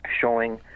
showing